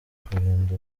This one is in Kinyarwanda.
kurinda